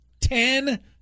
Ten